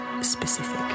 specific